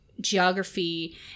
geography